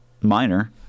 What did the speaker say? minor